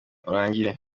urangire